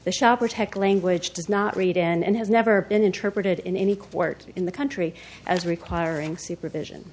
the shopper tech language does not read and has never been interpreted in any court in the country as requiring supervision